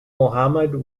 mohammad